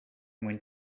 mwyn